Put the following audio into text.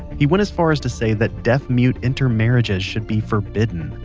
he went as far as to say that deaf-mute intermarriages should be forbidden.